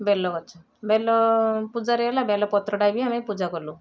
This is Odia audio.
ବେଲଗଛ ବେଲ ପୂଜାରେ ହେଲା ବେଲ ପତ୍ରଟା ବି ଆମେ ପୂଜା କଲୁ